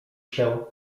się